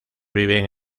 viven